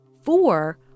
four